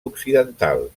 occidental